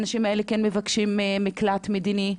האנשים האלה כן מבקשים מקלט מדיני,